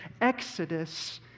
exodus